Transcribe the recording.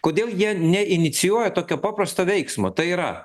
kodėl jie neinicijuoja tokio paprasto veiksmo tai yra